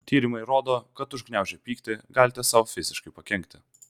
tyrimai rodo kad užgniaužę pyktį galite sau fiziškai pakenkti